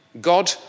God